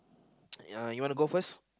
uh you wanna go first